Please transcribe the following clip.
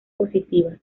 positivas